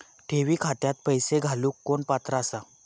ठेवी खात्यात पैसे घालूक कोण पात्र आसा?